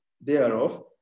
thereof